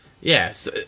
Yes